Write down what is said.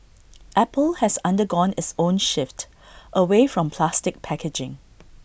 apple has undergone its own shift away from plastic packaging